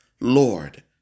Lord